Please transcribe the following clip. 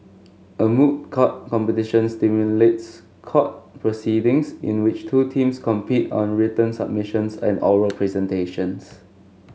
a moot court competition simulates court proceedings in which two teams compete on written submissions and oral presentations